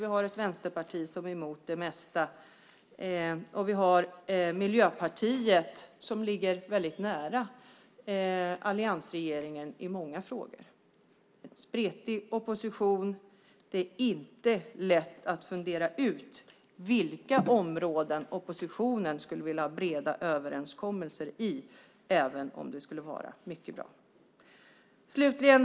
Vi har Vänsterpartiet som är emot det mesta, och vi har Miljöpartiet som ligger väldigt nära alliansregeringen i många frågor. Det är en spretig opposition. Det är inte lätt att fundera ut på vilka områden som oppositionen skulle vilja ha breda överenskommelser även om det skulle vara mycket bra. Herr talman!